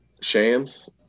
Shams